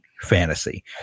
fantasy